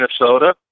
Minnesota